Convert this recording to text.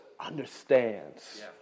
understands